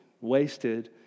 wasted